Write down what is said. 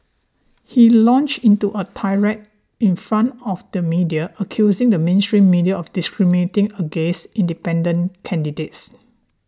he launched into a tirade in front of the media accusing the mainstream media of discriminating against independent candidates